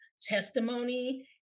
testimony